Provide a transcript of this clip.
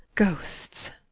ghosts!